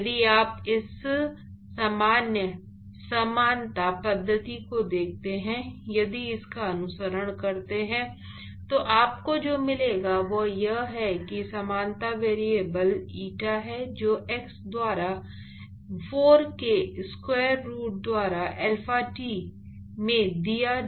यदि आप इस सामान्य समानता पद्धति को देखते हैं यदि इसका अनुसरण करते हैं तो आपको जो मिलेगा वह यह है कि समानता वेरिएबल ईटा है जो x द्वारा 4 के स्क्वायर रूट द्वारा अल्फा t में दिया जाता है